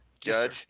Judge